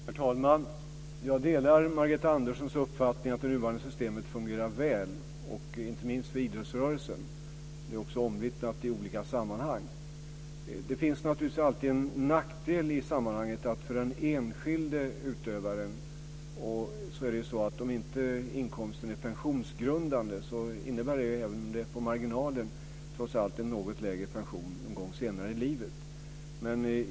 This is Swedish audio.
Herr talman! Jag delar Margareta Anderssons uppfattning att det nuvarande systemet fungerar väl, inte minst för idrottsrörelsen. Det är också omvittnat i olika sammanhang. Det finns naturligtvis en nackdel för den enskilde utövaren, nämligen att om inkomsten inte är pensionsgrundande blir det, även om det är på marginalen, trots allt en något lägre pension någon gång senare i livet.